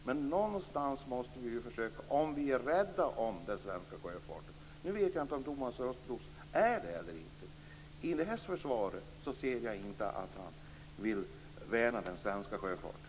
Men någonstans måste vi försöka, om vi är rädda om den svenska sjöfarten. Nu vet jag inte om Thomas Östros är det eller inte. I det här svaret ser jag inte att han vill värna den svenska sjöfarten.